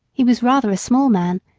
he was rather a small man,